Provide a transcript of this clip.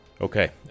Okay